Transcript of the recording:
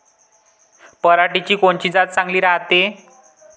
पऱ्हाटीची कोनची जात चांगली रायते?